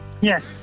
Yes